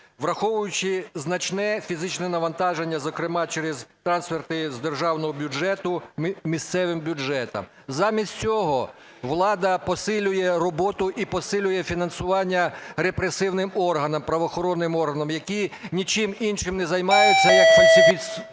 враховуючи значне фізичне навантаження, зокрема через трансферти з державного бюджету місцевим бюджетам. Замість цього влада посилює роботу і посилює фінансування репресивним органам, правоохоронним органам, які нічим іншим не займаються, як фальсифікують